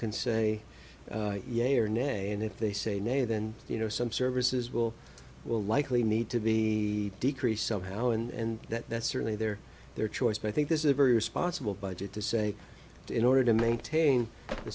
nay and if they say nay then you know some services will will likely need to be decreased somehow and that's certainly their their choice but i think this is a very responsible budget to say that in order to maintain the